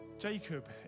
Jacob